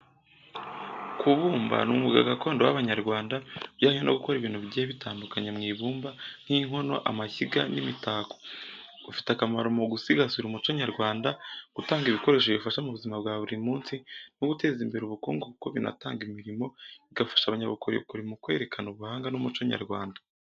Kubumba ni umwuga gakondo w’abanyarwanda ujyanye no gukora ibintu bigiye bitandukanye mu ibumba, nk’inkono, amashyiga, n’imitako. Ufite akamaro mu gusigasira umuco nyarwanda, gutanga ibikoresho bifasha mu buzima bwa buri munsi, no guteza imbere ubukungu kuko binatanga imirimo, bigafasha abanyabukorikori mu kwerekana ubuhanga n’umuco nyarwanda.